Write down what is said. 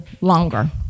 longer